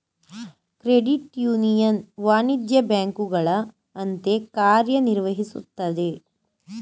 credit union ವಾಣಿಜ್ಯ ಬ್ಯಾಂಕುಗಳ ಅಂತೆ ಕಾರ್ಯ ನಿರ್ವಹಿಸುತ್ತದೆ